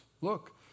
Look